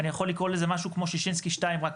אני יכול לקרוא לזה משהו כמו שישינסקי 2 רק